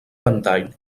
ventall